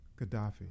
Gaddafi